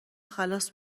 خلاص